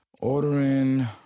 Ordering